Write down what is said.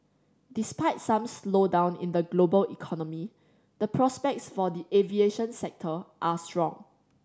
despite some slowdown in the global economy the prospects for the aviation sector are strong